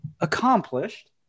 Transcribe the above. accomplished